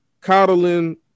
coddling